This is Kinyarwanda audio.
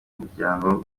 muryango